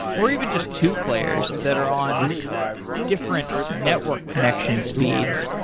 or even just two players that are on different network connection speeds.